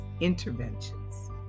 interventions